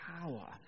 power